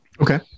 Okay